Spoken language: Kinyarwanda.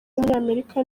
w’umunyamerika